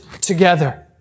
together